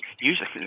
usually